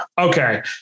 Okay